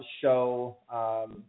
show